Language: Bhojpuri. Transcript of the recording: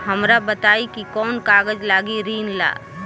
हमरा बताई कि कौन कागज लागी ऋण ला?